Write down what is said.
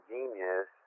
Genius